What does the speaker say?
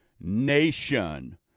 Nation